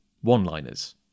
one-liners